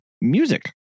music